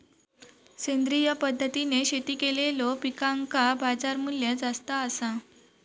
सेंद्रिय पद्धतीने शेती केलेलो पिकांका बाजारमूल्य जास्त आसा